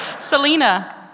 Selena